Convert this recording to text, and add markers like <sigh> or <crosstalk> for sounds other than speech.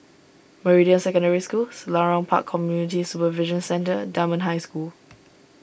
Meridian Secondary School Selarang Park Community Supervision Centre Dunman High School <noise>